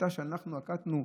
השיטה שאנחנו נקטנו,